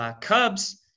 Cubs